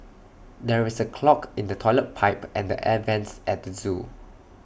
there is A clog in the Toilet Pipe and the air Vents at the Zoo